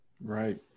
right